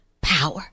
power